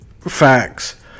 Facts